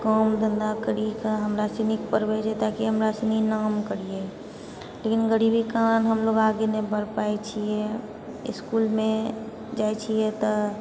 काम धन्धा करिके हमरा सनिके पढ़बै छै ताकि हमरा सनि नाम करिऐ लेकिन गरीबीके कारण हमलोग आगे नहि बढ़ि पाबए छिए इसकुलमे जाइ छिऐ तऽ